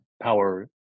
power